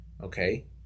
okay